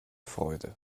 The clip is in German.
freude